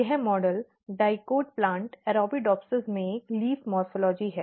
यह model dicot plant Arabidopsis में एक लीफ मॉर्फ़ॉलजी है